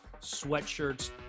sweatshirts